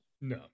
no